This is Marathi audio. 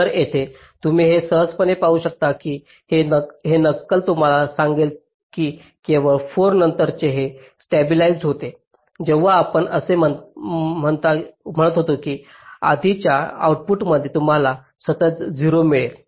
तर येथे तुम्ही हे सहजपणे पाहू शकता की हे नक्कल तुम्हाला सांगेल की केवळ 4 नंतरच ते स्टॅबिलिज्ड होते जेव्हा आपण असे म्हणत होता की आधीच्या आऊटपुटमध्ये तुम्हाला सतत 0 मिळेल